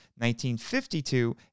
1952